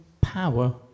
power